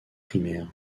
primaires